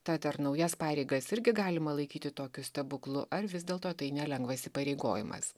tad ar naujas pareigas irgi galima laikyti tokiu stebuklu ar vis dėlto tai nelengvas įsipareigojimas